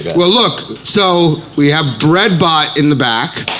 well look, so we have bread bought in the back,